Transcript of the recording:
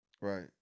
Right